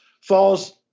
falls